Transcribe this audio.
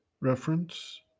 Reference